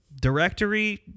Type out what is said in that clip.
directory